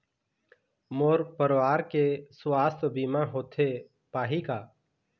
मोर परवार के सुवास्थ बीमा होथे पाही का?